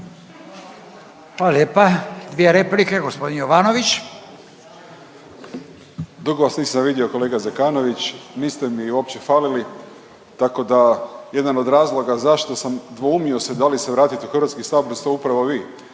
lijepa. Dvije replike, g. Jovanović. **Jovanović, Željko (SDP)** Dugo vas nisam vidio kolega Zekanović, niste mi uopće falili tako da jedan od razloga zašto sam dvoumio se da li se vratiti u HS jeste upravo vi